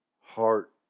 heart